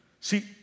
See